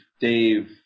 Dave